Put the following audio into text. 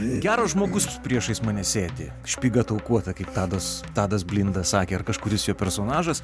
geras žmogus priešais mane sėdi špyga taukuota kaip tadas tadas blinda sakė ar kažkuris jo personažas